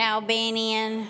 Albanian